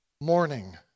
morning